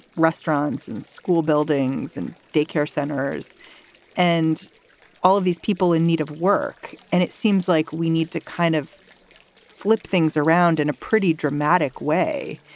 restaurants and school buildings and daycare centers and all of these people in need of work. and it seems like we need to kind of flip things around in a pretty dramatic way.